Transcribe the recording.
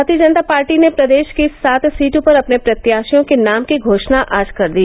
भारतीय जनता पार्टी ने प्रदेश की सात सीटों पर अपने प्रत्याशियों के नाम की घोषणा आज कर दी